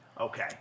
Okay